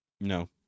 No